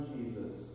Jesus